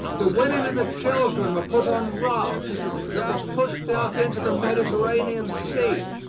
the women and the children were put on rafts that were pushed out into the mediterranean sea.